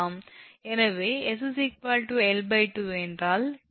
எனவே 𝑠 𝑙2 என்றால் 𝑇𝑦 𝑊𝑠